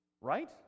Right